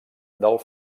del